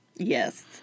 Yes